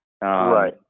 Right